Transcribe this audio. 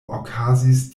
okazis